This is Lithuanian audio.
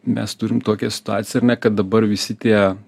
mes turim tokią situaciją kad dabar visi tie